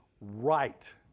right